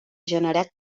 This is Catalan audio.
generar